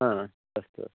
हा अस्तु